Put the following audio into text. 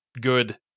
good